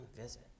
visit